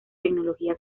tecnología